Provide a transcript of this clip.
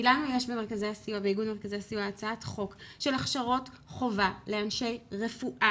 לנו יש באיגוד מרכזי הסיוע הצעת חוק של הכשרות חובה לאנשי רפואה,